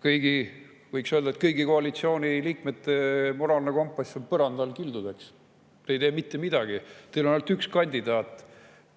Kõigi, võiks öelda, et kõigi koalitsiooniliikmete moraalne kompass on põrandale kildudeks. Te ei tee mitte midagi! Teil on ainult üks kandidaat